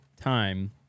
time